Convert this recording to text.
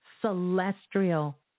celestial